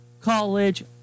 College